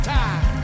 time